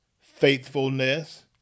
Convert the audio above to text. faithfulness